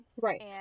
right